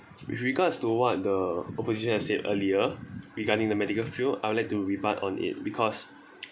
with regards to what the opposition had said earlier regarding the medical field I would like to rebut on it because